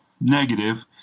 negative